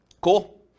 cool